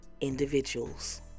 individuals